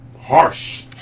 harsh